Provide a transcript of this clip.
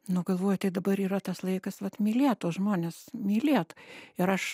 nu galvoju tai dabar yra tas laikas vat mylėt tuos žmones mylėt ir aš